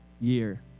year